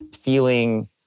feeling